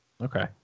Okay